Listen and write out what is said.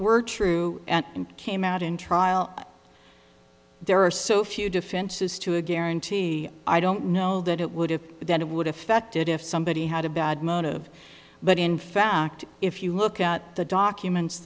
were true and came out in trial there are so few defenses to a guarantee i don't know that it would have that it would have affected if somebody had a bad motive but in fact if you look at the documents